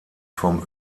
vom